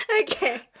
Okay